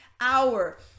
hour